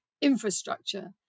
infrastructure